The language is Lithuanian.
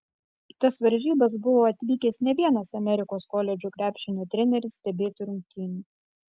į tas varžybas buvo atvykęs ne vienas amerikos koledžų krepšinio treneris stebėti rungtynių